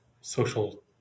social